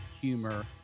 humor